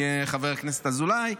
חבר הכנסת אזולאי.